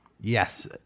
Yes